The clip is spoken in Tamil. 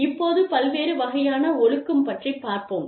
இப்போது பல்வேறு வகையான ஒழுக்கம் பற்றிப் பார்ப்போம்